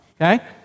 okay